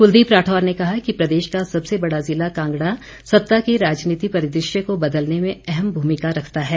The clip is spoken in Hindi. कुलदीप राठौर ने कहा कि प्रदेश का सबसे बड़ा ज़िला कांगड़ा सत्ता के राजनीति परिदृश्य को बदलने में अहम भूमिका रखता है